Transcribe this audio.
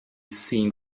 seen